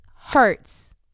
hurts